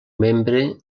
membre